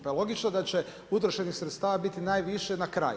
Pa je logično da će utrošenih sredstava biti najviše na kraju.